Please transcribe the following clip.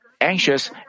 anxious